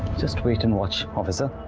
just wait and watch, officer.